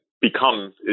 become